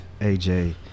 AJ